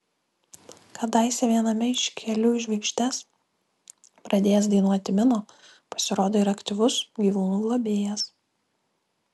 kadaise viename iš kelių į žvaigždes pradėjęs dainuoti mino pasirodo yra aktyvus gyvūnų globėjas